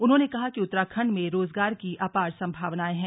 उन्होंने कहा कि उत्तराखंड में रोजगार की अपार संभावनाएं हैं